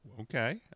Okay